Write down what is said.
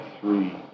three